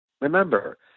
Remember